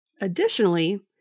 Additionally